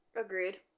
agreed